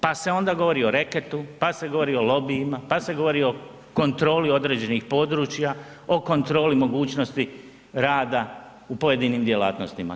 Pa se onda govori o reketu, pa se govori o lobijima, pa se govori o kontroli određenih područja, o kontroli mogućnosti rada u pojedinim djelatnostima.